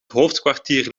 hoofdkwartier